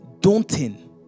daunting